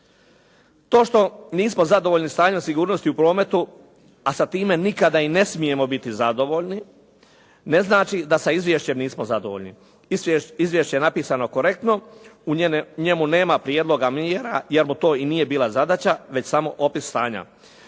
To što nismo zadovoljni stanjem sigurnosti u prometu a sa time nikada i ne smijemo biti zadovoljni, ne znači da sa izvješćem nismo zadovoljni. Izvješće je napisano korektno, u njemu nema prijedloga mjera jer mu to i nije bila zadaća već samo opis stanja.